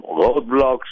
roadblocks